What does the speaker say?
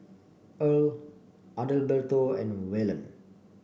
Earle Adalberto and Waylon